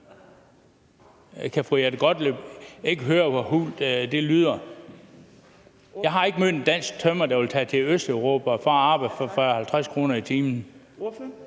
Kan fru Jette Gottlieb ikke høre, hvor hult det lyder? Jeg har ikke mødt nogen dansk tømrer, der vil tage til Østeuropa for at arbejde for 40-50 kr. i timen.